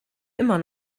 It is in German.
immer